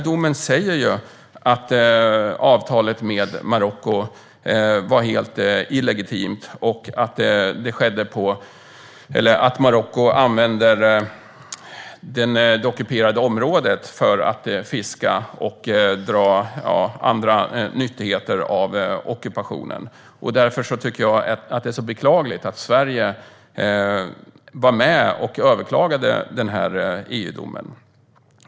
Domen säger att avtalet med Marocko var helt illegitimt och att Marocko använder det ockuperade området för att fiska och dra annan nytta av ockupationen. Därför tycker jag att det är så beklagligt att Sverige var med och överklagade EU-domen.